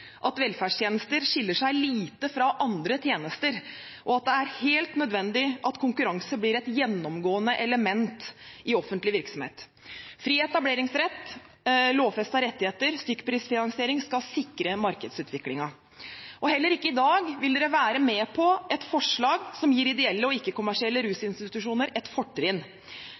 at velferdstjenester skiller seg lite fra andre tjenester, og at det er helt nødvendig at konkurranse blir et gjennomgående element i offentlig virksomhet. Fri etableringsrett, lovfestede rettigheter og stykkprisfinansiering skal sikre markedsutviklingen. Heller ikke i dag vil Høyre og Fremskrittspartiet være med på et forslag som gir ideelle og ikke-kommersielle rusinstitusjoner et fortrinn.